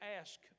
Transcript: ask